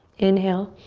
inhale.